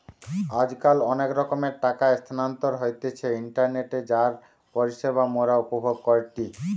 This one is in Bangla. আজকাল অনেক রকমের টাকা স্থানান্তর হতিছে ইন্টারনেটে যার পরিষেবা মোরা উপভোগ করিটি